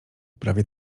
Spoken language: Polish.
prawie